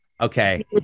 Okay